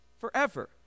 forever